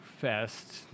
Fest